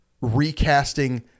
recasting